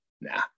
nah